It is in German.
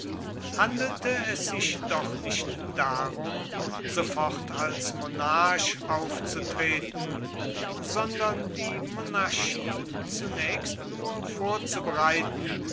handelte es sich doch nicht darum sofort als monarch aufzutreten sondern die monarchie zunächst nur vorzubereiten